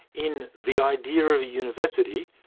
in the idea of a university,